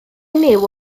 niwl